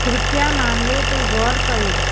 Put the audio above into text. कृपया मामले ते ग़ौरु कयो